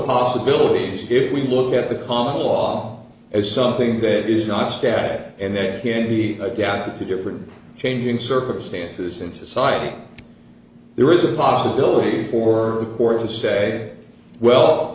possibilities if we look at the common law as something that is not static and that can be adapted to different changing circumstances in society there is a possibility for gore to say well